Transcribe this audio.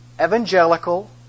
evangelical